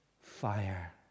fire